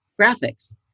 graphics